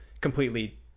completely